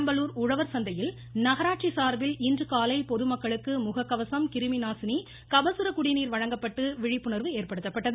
பெரம்பலூர் உழவர்சந்தையில் நகராட்சி சார்பில் இன்றுகாலை பொது மக்களுக்கு முகக்கவசம் கிருமிநாசினி கபசுர குடிநீர் வழங்கப்பட்டு விழிப்புணர்வு ஏற்படுத்தப்பட்டது